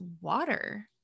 water